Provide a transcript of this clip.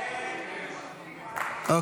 כן.